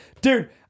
Dude